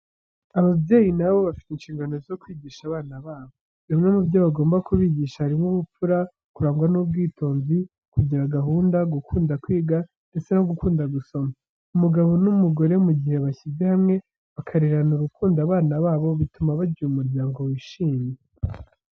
Ababyeyi na bo bafite inshigano zo kwigisha abana babo. Bimwe mu byo bagomba kubigisha harimo ubupfura, kurangwa n'ubwitonzi, kugira gahunda, gukunda kwiga ndetse no gukunda gusoma. Umugabo n'umugore mu gihe bashyize hamwe bakarerana urukundo abana babo, bituma bagira umuryango wishimye.